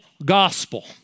gospel